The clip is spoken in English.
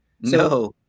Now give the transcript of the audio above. No